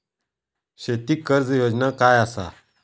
शेती कर्ज योजना काय असा?